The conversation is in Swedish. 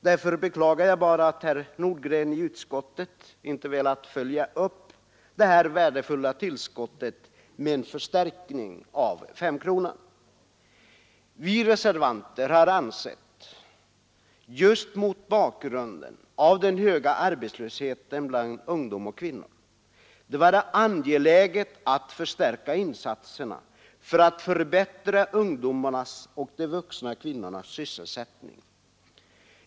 Därför beklagar jag att herr Nordgren i utskottet inte velat följa upp detta värdefulla tillskott med en förstärkning av femkronan. Vi reservanter har, just mot bakgrunden av den höga arbetslösheten bland ungdom och kvinnor, ansett det vara angeläget att förstärka insatserna för att förbättra ungdomarnas och de vuxna kvinnornas sysselsättning.